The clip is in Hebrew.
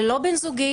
ללא בן זוג.